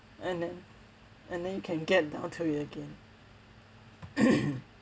and then and then you can get the onto it again